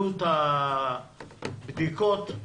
עלות הבדיקות,